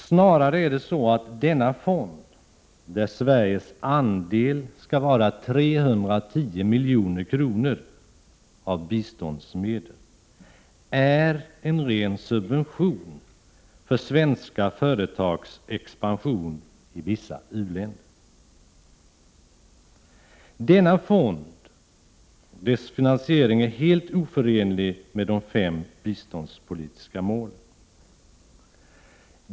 Snarare är det så att denna fond, där Sveriges andel är 310 milj.kr. av biståndsmedel, är en ren subvention för svenska företags expansion i vissa u-länder. Denna fond och dess finansiering är helt oförenlig med de fem biståndspolitiska målen.